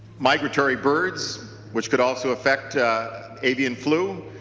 migratory birds which could also affect avian flu.